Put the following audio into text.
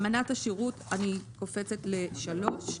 אני קופצת ל-3.